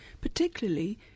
particularly